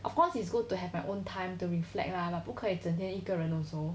of course it's good to have our own time to reflect lah 不可以整天一个人 also